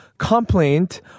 Complaint